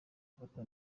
ifoto